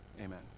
Amen